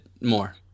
more